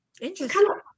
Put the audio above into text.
Interesting